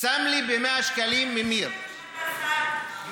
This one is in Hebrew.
שם לי ב-100 שקלים ממיר, אתה שוכח שאתה שר.